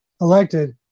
elected